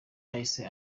yahise